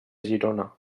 girona